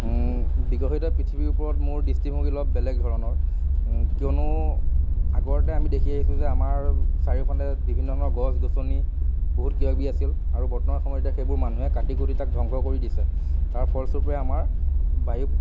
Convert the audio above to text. বিকশিত পৃথিৱীৰ ওপৰত মোৰ দৃষ্টিভংগী অলপ বেলেগ ধৰণৰ কিয়নো আগতে আমি দেখি আহিছোঁ যে আমাৰ চাৰিওফালে বিভিন্ন ধৰণৰ গছ গছনি বহুত কিবা কিবি আছিল আৰু বৰ্তমান সময়ত এতিয়া সেইবোৰ মানুহে কাটি কুটি তাক ধ্বংস কৰি দিছে তাৰ ফলস্বৰূপে আমাৰ বায়ু